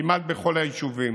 כמעט בכל היישובים.